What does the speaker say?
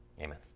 Amen